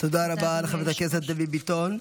תודה רבה, חברת הכנסת דבי ביטון.